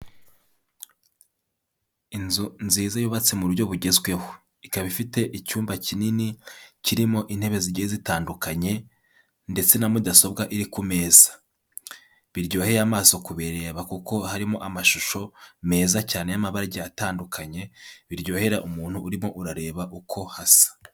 Inzu nziza yubatse mu buryo bugezweho, ikaba ifite icyumba kinini kirimo intebe zigiye zitandukanye ndetse na mudasobwa iri ku meza, biryoheye amaso kubireba kuko harimo amashusho meza cyane y'amabara agiye atandukanye biryohera umuntu urimo urareba uko hasa.